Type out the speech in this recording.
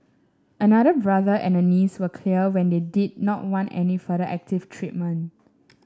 another brother and a niece were clear when they did not want any further active treatment